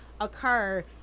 occur